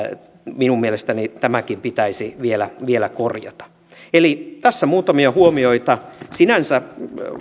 minun mielestäni tämäkin pitäisi vielä vielä korjata tässä muutamia huomioita